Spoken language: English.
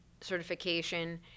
certification